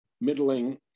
middling